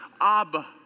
Abba